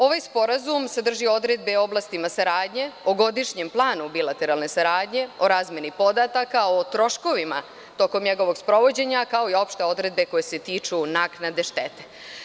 Ovaj sporazum sadrži odredbe oblastima saradnje, godišnjem planu bilateralne saradnje, o razmeni podataka, o troškovima tokom njegovog sprovođenja, kao i opšte odredbe koje se tiču naknade štete.